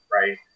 right